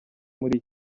muri